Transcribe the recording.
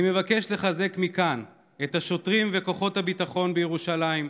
אני מבקש לחזק מכאן את השוטרים וכוחות הביטחון בירושלים,